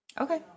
Okay